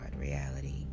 reality